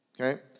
Okay